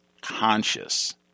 conscious